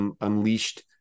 unleashed